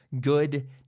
good